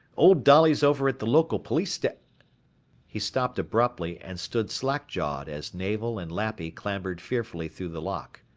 old dolly's over at the local police sta he stopped abruptly and stood slack-jawed as navel and lappy clambered fearfully through the lock.